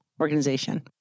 organization